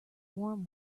warm